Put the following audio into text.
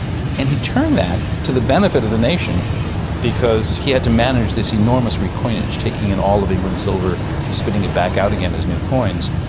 and he turned that to the benefit of the nation because he had to manage this enormous recoinage, taking in all of england's silver and spitting it back out again as new coins,